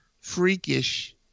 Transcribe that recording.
freakish